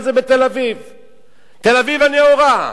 תל-אביב הנאורה,